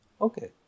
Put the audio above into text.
Okay